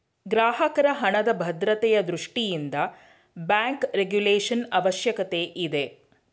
ಗ್ರಾಹಕರ ಹಣದ ಭದ್ರತೆಯ ದೃಷ್ಟಿಯಿಂದ ಬ್ಯಾಂಕ್ ರೆಗುಲೇಶನ್ ಅವಶ್ಯಕತೆ ಇದೆ